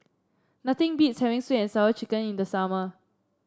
nothing beats having sweet and Sour Chicken in the summer